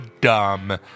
dumb